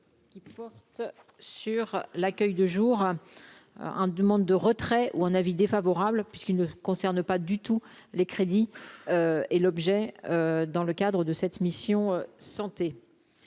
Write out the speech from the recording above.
qui porte sur l'accueil de jour, hein, demande de retrait ou un avis défavorable puisqu'il ne concerne pas du tout les crédits et l'objet dans le cadre de cette mission santé.